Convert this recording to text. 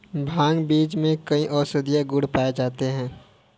भांग बीज में कई औषधीय गुण पाए जाते हैं